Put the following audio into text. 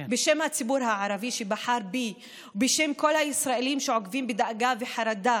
בשם הציבור הערבי שבחר בי ובשם כל הישראלים שעוקבים בדאגה וחרדה